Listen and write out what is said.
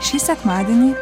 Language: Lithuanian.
šį sekmadienį